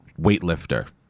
Weightlifter